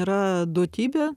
yra duotybė